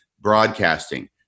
broadcasting